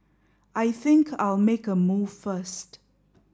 I think I'll make a move first